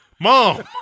Mom